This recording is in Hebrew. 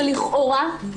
ולכאורה,